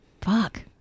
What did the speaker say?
fuck